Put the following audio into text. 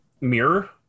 Mirror